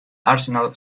arsenal